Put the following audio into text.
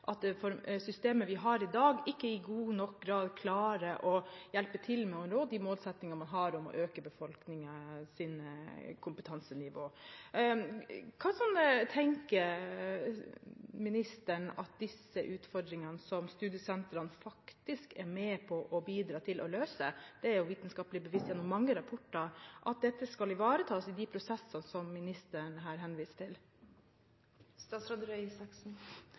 systemet vi har i dag, ikke i stor nok grad klarer å hjelpe til med å nå den målsettingen man har: å heve befolkningens kompetansenivå. Hva tenker ministeren om disse utfordringene – som studiesentrene faktisk bidrar til å møte? Det er vitenskapelig bevist – i mange rapporter – at dette ivaretas i de prosessene som ministeren her henviser til.